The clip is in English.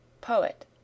POET